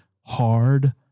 hard